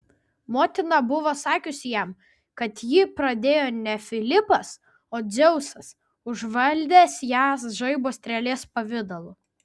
motina buvo sakiusi jam kad jį pradėjo ne filipas o dzeusas užvaldęs ją žaibo strėlės pavidalu